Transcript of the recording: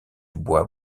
bois